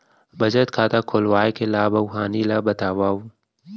बचत खाता खोलवाय के लाभ अऊ हानि ला बतावव?